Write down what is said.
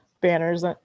banners